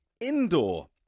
indoor